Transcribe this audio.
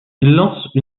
lance